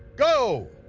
go!